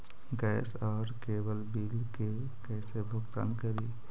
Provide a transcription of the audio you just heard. Gas और cable bill के कैसे भुगतान करी?